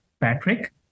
Patrick